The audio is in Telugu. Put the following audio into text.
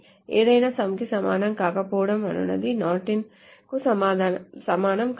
ఏదేమైనా some కి సమానం కాకపోవడం అనునది not in కు సమానం కాదు